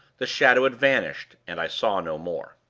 the shadow had vanished, and i saw no more.